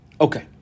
Okay